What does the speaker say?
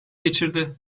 geçirdi